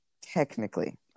technically